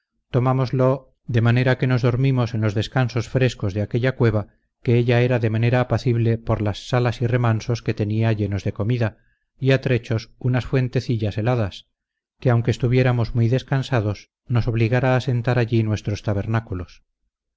tierra tomámoslo de manera que nos dormimos en los descansos frescos de aquella cueva que ella era de manera apacible por las salas y remansos que tenía llenos de comida y a trechos unas fuentecillas heladas que aunque estuviéramos muy descansados nos obligara a sentar allí nuestros tabernáculos